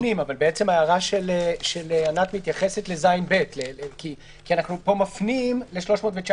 ההערה של ענת מתייחסת לסעיף 319ז(ב) כי כאן מפנים אליו.